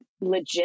legit